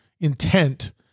intent